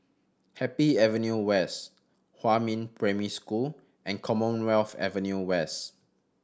Happy Avenue West Huamin Primary School and Commonwealth Avenue West